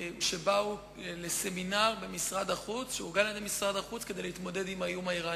שבאו לסמינר במשרד החוץ שארגן משרד החוץ כדי להתמודד עם האיום האירני.